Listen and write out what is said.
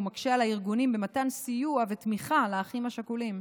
ומקשה על הארגונים במתן סיוע ותמיכה לאחים השכולים.